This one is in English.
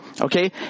okay